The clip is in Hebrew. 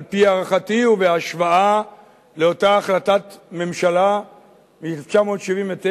על-פי הערכתי, ובהשוואה לאותה החלטת ממשלה מ-1979,